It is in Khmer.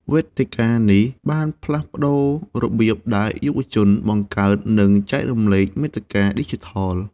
វេទិកានេះបានផ្លាស់ប្ដូររបៀបដែលយុវជនបង្កើត និងចែករំលែកមាតិកាឌីជីថល។